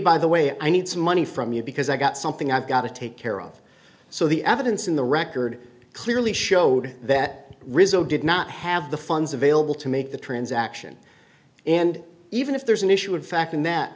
by the way i need some money from you because i've got something i've got to take care of so the evidence in the record clearly showed that rizzo did not have the funds available to make the transaction and even if there's an issue of fact i